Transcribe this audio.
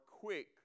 quick